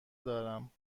دارم